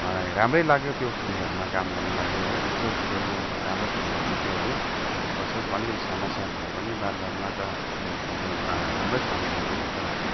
मलाई राम्रै लाग्यो त्यो फिल्डहरूमा काम गर्नुको लागि है इच्छुक थिएँ म राम्रोसँगले बित्यो है फर्स्ट फर्स्टमा अलिकति समस्या भए पनि बाद बादमा त राम्रैसँगले बित्यो जस्तो लाग्यो